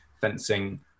fencing